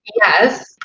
yes